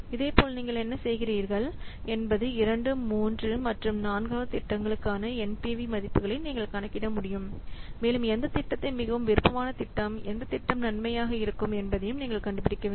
இதேபோல் நீங்கள் என்ன செய்கிறீர்கள் என்பது 2 3 மற்றும் 4 வது திட்டங்களுக்கான NPV மதிப்புகளை நீங்கள் கணக்கிட முடியும் மேலும் எந்த திட்டத்தை மிகவும் விருப்பமான திட்டம் எந்த திட்டம் நன்மையாக இருக்கும் என்பதை நீங்கள் கண்டுபிடிக்க வேண்டும்